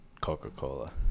Coca-Cola